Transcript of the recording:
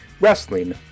wrestling